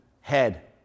head